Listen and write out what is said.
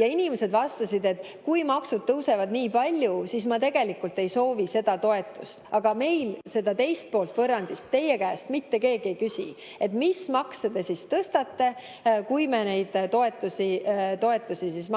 Ja inimesed vastasid, et kui maksud tõusevad nii palju, siis nad tegelikult ei soovi seda toetust. Aga meil seda teist poolt võrrandis teie käest mitte keegi ei küsi, et mis makse te tõstate, kui me neid toetusi